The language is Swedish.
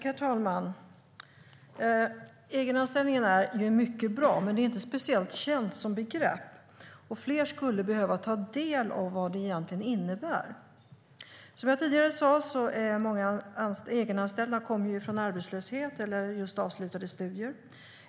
Herr talman! Egenanställningen är mycket bra, men det är inte speciellt känt som begrepp. Fler skulle behöva ta del av vad det egentligen innebär. Som jag tidigare sa kommer många egenanställda från arbetslöshet eller just avslutade studier.